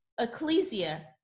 Ecclesia